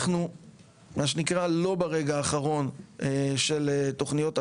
אנחנו מה שנקרא לא ברגע האחרון של תכניות התקציב,